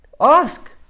ask